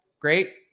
great